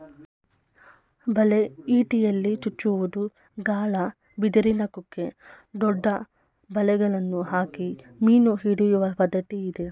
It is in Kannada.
ಬಲೆ, ಇಟಿಯಲ್ಲಿ ಚುಚ್ಚುವುದು, ಗಾಳ, ಬಿದಿರಿನ ಕುಕ್ಕೆ, ದೊಡ್ಡ ಬಲೆಗಳನ್ನು ಹಾಕಿ ಮೀನು ಹಿಡಿಯುವ ಪದ್ಧತಿ ಇದೆ